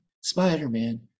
spider-man